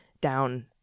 down